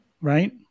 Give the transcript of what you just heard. right